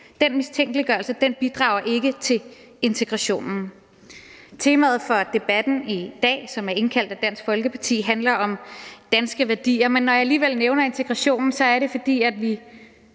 dansk statsborgerskab, bidrager ikke til integrationen. Temaet for debatten i dag, som der er indkaldt til af Dansk Folkeparti, handler om danske værdier, men når jeg alligevel nævner integrationen, er det, fordi det,